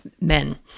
men